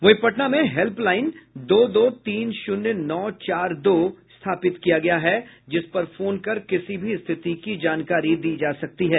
वहीं पटना में हेल्पलाईन दो दो तीन शून्य नौ चार दो स्थापित किया गया है जिस पर फोन कर किसी भी स्थिति की जानकारी दी जा सकती है